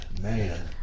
Man